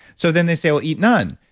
so then they say, well, eat none.